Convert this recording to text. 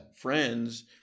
friends